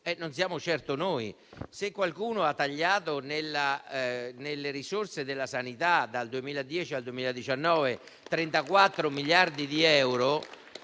non siamo certo stati noi. Se qualcuno ha tagliato le risorse della sanità dal 2010 al 2019 per 34 miliardi di euro,